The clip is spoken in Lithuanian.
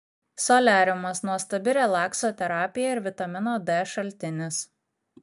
soliariumas nuostabi relakso terapija ir vitamino d šaltinis